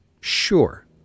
Sure